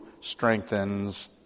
strengthens